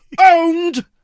owned